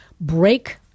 break